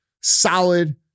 solid